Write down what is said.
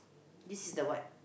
this is the what